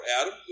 Adam